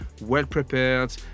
well-prepared